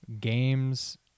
games